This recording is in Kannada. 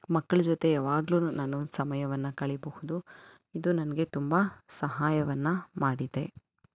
ಮಕ್ಕಳ ಜೊತೆ ಯವಾಗ್ಲು ನಾನು ಸಮಯವನ್ನು ಕಳೆಯಬಹುದು ಇದು ನನಗೆ ತುಂಬ ಸಹಾಯವನ್ನು ಮಾಡಿದೆ